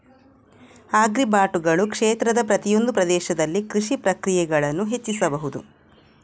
ಆಗ್ರಿಬಾಟುಗಳು ಕ್ಷೇತ್ರದ ಪ್ರತಿಯೊಂದು ಪ್ರದೇಶದಲ್ಲಿ ಕೃಷಿ ಪ್ರಕ್ರಿಯೆಗಳನ್ನು ಹೆಚ್ಚಿಸಬಹುದು